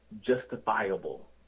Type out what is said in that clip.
justifiable